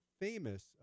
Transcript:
famous